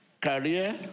career